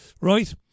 Right